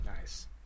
Nice